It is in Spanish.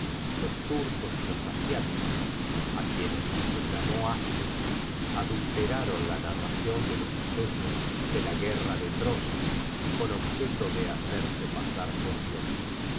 los turcos y los asiáticos á quienes se llamó asios adulteraron la narracion de los sucesos de la guerra de troya con objeto de hacerse pasar por dioses